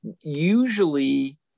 usually